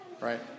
Right